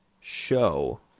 show